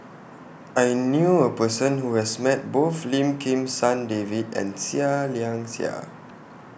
I knew A Person Who has Met Both Lim Kim San David and Seah Liang Seah